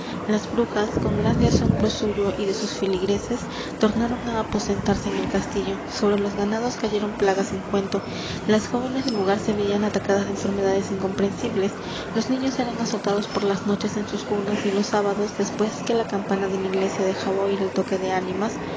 las brujas con grande asombro suyo y de sus feligreses tornaron á aposentarse en el castillo sobre los ganados cayeron plagas sin cuento las jóvenes del lugar se veían atacadas de enfermedades incomprensibles los niños eran azotados por las noches en sus cunas y los sábados después que la campana de la iglesia dejaba oir el toque de ánimas